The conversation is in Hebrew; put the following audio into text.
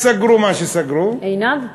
סגרו מה שסגרו, עינב?